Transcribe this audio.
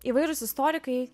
įvairūs istorikai